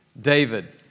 David